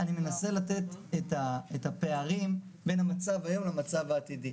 אני מנסה לתת את הפערים בין המצב היום לבין המצב העתידי.